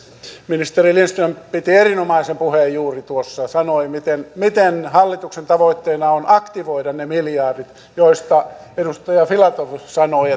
ministeri lindström piti erinomaisen puheen juuri tuossa sanoi miten miten hallituksen tavoitteena on aktivoida ne miljardit joista edustaja filatov sanoi